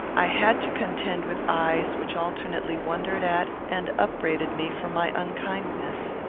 i had to contend with eyes which alternately wondered at and upbraided me for my unkindness.